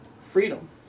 freedom